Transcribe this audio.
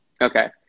Okay